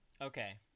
Okay